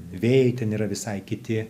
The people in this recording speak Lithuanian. vėjai ten yra visai kiti